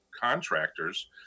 contractors